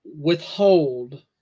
withhold